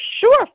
sure